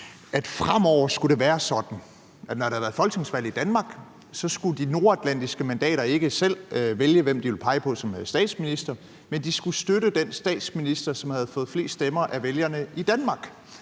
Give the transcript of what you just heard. at fremover skulle det være sådan, at når der havde været folketingsvalg i Danmark, skulle de nordatlantiske mandater ikke selv vælge, hvem de ville pege på som statsminister, men de skulle støtte den statsminister, som havde fået flest stemmer af vælgerne i Danmark.